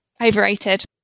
overrated